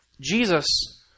Jesus